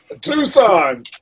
Tucson